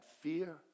fear